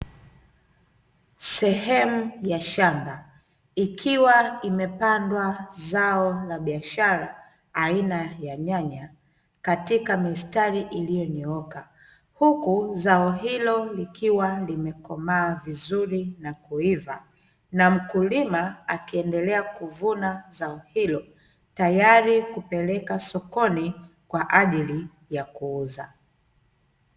Sehemu ya shamba ikiwa imepandwa zao la biashara aina ya nyanya katika mistari iliyonyooka, huku zao hilo likiwa limekomaa vizuri na kuiva, na mkulima akiendelea kuvuna zao hilo tayari kupeleka sokoni, kwa ajili ya kuuza.